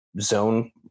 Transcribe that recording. zone